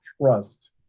trust